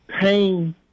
pain